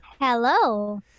Hello